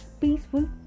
peaceful